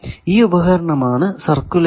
ഈ ഉപകരണമാണ് സർക്കുലേറ്റർ